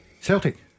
Celtic